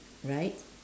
right